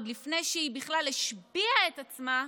עוד לפני שהיא בכלל השביעה את עצמה,